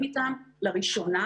ממה שאנחנו רואים בשטח זאת לא התמונה,